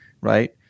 right